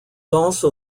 also